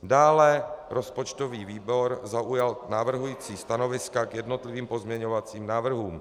Dále rozpočtový výbor zaujal navrhující stanoviska k jednotlivým pozměňovacím návrhům.